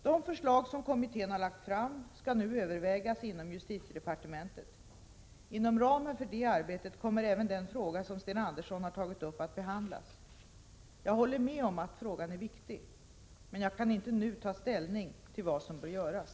De förslag som kommittén har lagt fram skall nu övervägas inom justitiedepartementet. Inom ramen för det arbetet kommer även den fråga som Sten Andersson har tagit upp att behandlas. Jag håller med om att frågan är viktig, men jag kan inte nu ta ställning till vad som bör göras.